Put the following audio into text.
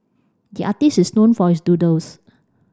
the artist is known for his doodles